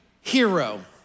hero